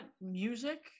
music